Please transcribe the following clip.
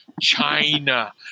China